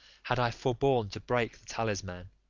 had i forborne to break the talisman.